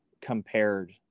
compared